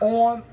on